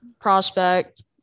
prospect